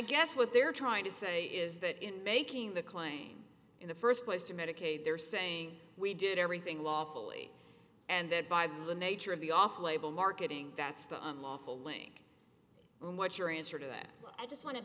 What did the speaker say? guess what they're trying to say is that in making the claim in the first place to medicaid they're saying we did everything lawfully and that by the nature of the off label marketing that's the unlawful link what's your answer to that but i just want